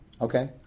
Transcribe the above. Okay